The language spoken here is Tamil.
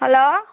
ஹலோ